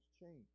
change